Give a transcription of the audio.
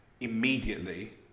immediately